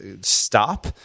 stop